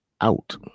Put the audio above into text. out